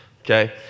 okay